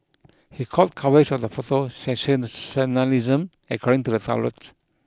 he called coverage of the photo sensationalism according to the outlets